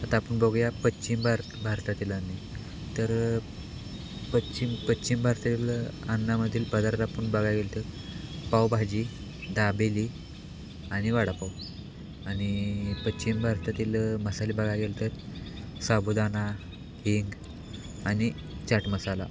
आता आपण बघूया पश्चिम भार भारतातील अन्न तर पश्चिम पश्चिम भारतातील अन्नामधील पदार्थ आपण बघा गेलं तर पावभाजी दाबेली आणि वडापाव आणि पश्चिम भारतातील मसाले बघाय गेलं तर साबुदाणा हिंग आणि चाट मसाला